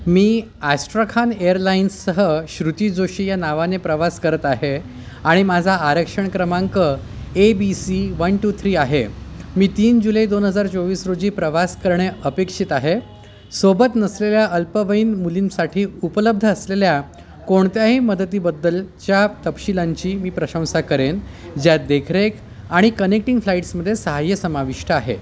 मी Astrakhan एअरलाईन्ससह श्रुती जोशी या नावाने प्रवास करत आहे आणि माझा आरक्षण क्रमांक A B C one two three आहे मी तीन जुलै दोन हजार चोवीस रोजी प्रवास करणे अपेक्षित आहे सोबत नसलेल्या अल्पवयीन मुलींसाठी उपलब्ध असलेल्या कोणत्याही मदतीबद्दलच्या तपशीलांची मी प्रशंसा करेन ज्यात देखरेख आणि कनेक्टिंग फ्लाईट्समधे साहाय्य समाविष्ट आहे